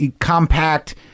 compact